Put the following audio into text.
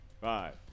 Five